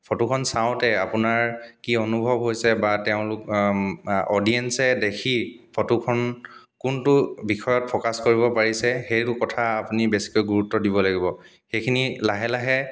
ফটোখন চাওঁতে আপোনাৰ কি অনুভৱ হৈছে বা তেওঁলোক বা অডিয়েঞ্চে দেখি ফটোখন কোনটো বিষয়ত ফ'কাছ কৰিব পাৰিছে সেইটো কথা আপুনি বেছিকৈ গুৰুত্ব দিব লাগিব সেইখিনি লাহে লাহে